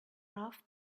rough